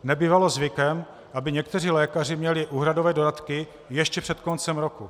Nebývalo zvykem, aby někteří lékaři měli úhradové dodatky ještě před koncem roku.